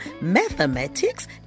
mathematics